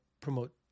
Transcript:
promote